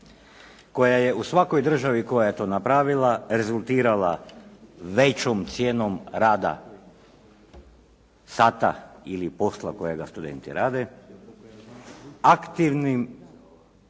koja je u svakoj državi koja je to napravila rezultirala većom cijenom rada, sata ili posla kojega studenti rade, aktivnom